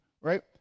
right